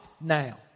now